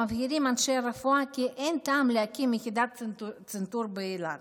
מבהירים אנשי רפואה כי אין טעם להקים יחידת צנתור באילת.